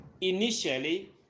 Initially